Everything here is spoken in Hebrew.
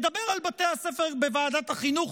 נדבר על בתי הספר בוועדת החינוך,